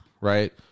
right